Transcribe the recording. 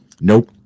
Nope